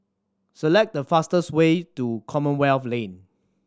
select the fastest way to Commonwealth Lane